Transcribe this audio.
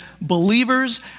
believers